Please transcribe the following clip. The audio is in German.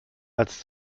als